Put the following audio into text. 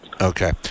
Okay